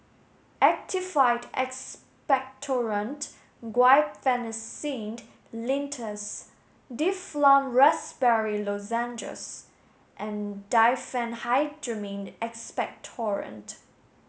Actified Expectorant Guaiphenesin Linctus Difflam Raspberry Lozenges and Diphenhydramine Expectorant